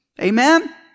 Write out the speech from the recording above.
Amen